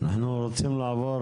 אנחנו רוצים לעבור